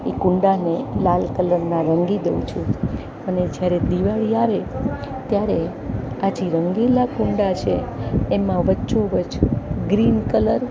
એ કુંડાને લાલ કલરના રંગી દવ છું અને જ્યારે દિવાળી આવે ત્યારે આ જે રંગેલા કુંડા છે એમાં વચ્ચો વચ્ચ ગ્રીન કલર